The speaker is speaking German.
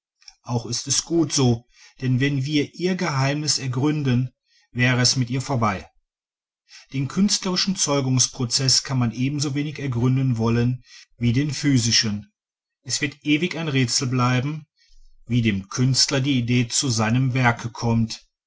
auch ist es gut so denn wenn wir ihr geheimnis ergründeten wäre es mit ihr vorbei den künstlerischen zeugungsprozeß kann man ebensowenig ergründen wollen wie den physischen es wird ewig ein rätsel bleiben wie dem künstler die idee zu seinem werke kommt